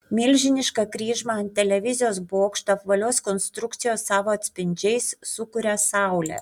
milžinišką kryžmą ant televizijos bokšto apvalios konstrukcijos savo atspindžiais sukuria saulė